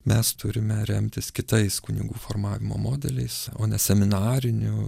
mes turime remtis kitais kunigų formavimo modeliais o ne seminariniu